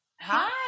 Hi